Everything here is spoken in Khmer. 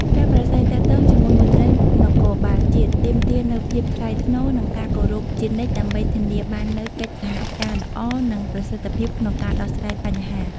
ការប្រាស្រ័យទាក់ទងជាមួយមន្ត្រីនគរបាលជាតិ ទាមទារនូវភាពថ្លៃថ្នូរ និងការគោរពជានិច្ចដើម្បីធានាបាននូវកិច្ចសហការល្អ និងប្រសិទ្ធភាពក្នុងការដោះស្រាយបញ្ហា។